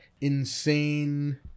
insane